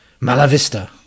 Malavista